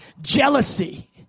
Jealousy